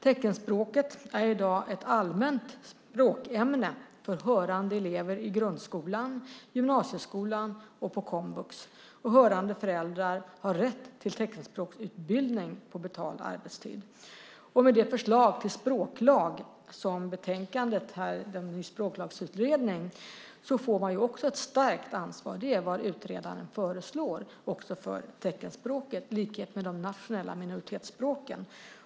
Teckenspråket är i dag ett allmänt språkämne för hörande elever i grundskolan, i gymnasieskolan och på komvux. Hörande föräldrar har rätt till teckenspråksutbildning på betald arbetstid. Med förslaget till språklag från Språklagsutredningen får man ett stärkt ansvar. Det är vad utredaren föreslår också för teckenspråket, i likhet med de nationella minoritetsspråken.